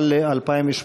אבל ל-2018.